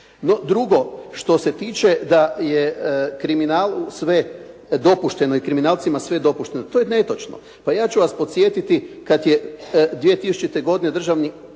drugo, što se tiče da je kriminalu sve dopušteno i kriminalcima sve dopušteno. To je netočno. Pa ja ću vas podsjetiti kad je 2000. godine državni